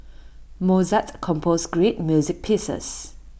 Mozart composed great music pieces